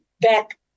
back